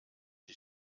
die